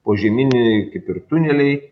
požeminiai kaip ir tuneliai